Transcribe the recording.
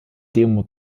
demo